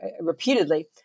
repeatedly